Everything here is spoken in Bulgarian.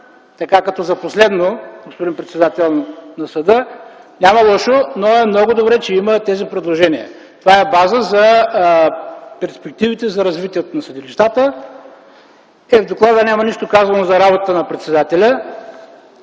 казано като за последно, господин председател на съда, няма лошо, но е много добре, че ги има тези предложения. Това е база за перспективите за развитието на съдилищата. В доклада няма нищо казано за работата на председателя.